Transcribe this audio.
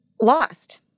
lost